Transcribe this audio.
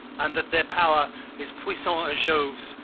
and that their power is puissant as jove's,